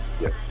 yes